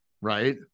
right